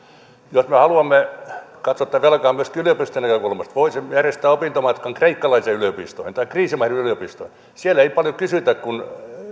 jos me haluamme katsoa tätä velkaa myöskin yliopistonäkökulmasta voisimme järjestää opintomatkan kreikkalaiseen yliopistoon tai kriisimaiden yliopistoihin siellä ei paljon kysytä kun